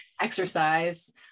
exercise